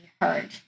heard